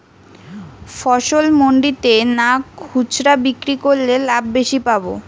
ফসল মন্ডিতে না খুচরা বিক্রি করলে লাভ বেশি পাব?